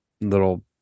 little